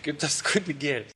kaip tas kunigėlis